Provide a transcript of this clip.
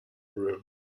room